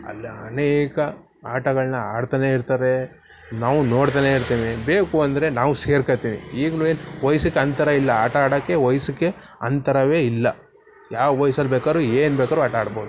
ಅಲ್ಲಿ ಅನೇಕ ಆಟಗಳನ್ನ ಆಡ್ತಲೇ ಇರ್ತಾರೆ ನಾವು ನೋಡ್ತಲೇ ಇರ್ತೀವಿ ಬೇಕು ಅಂದರೆ ನಾವು ಸೇರ್ಕೊಳ್ತೀವಿ ಈಗಲೂ ಏನು ವಯ್ಸಿಗೆ ಅಂತರ ಇಲ್ಲ ಆಟ ಆಡೋಕೆ ವಯಸ್ಸಿಗೆ ಅಂತರವೇ ಇಲ್ಲ ಯಾವ ವಯ್ಸಲ್ಲಿ ಬೇಕಾದ್ರೂ ಏನು ಬೇಕಾದ್ರೂ ಆಟ ಆಡ್ಬೋದು